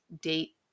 date